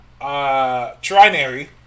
Trinary